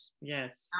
yes